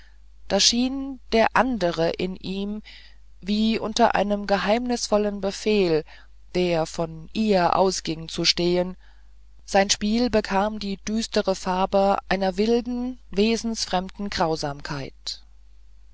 da schien der andere in ihm wie unter einem geheimnisvollen befehl der von ihr ausging zu stehen und sein spiel bekam die düstere farbe einer wilden wesensfremden grausamkeit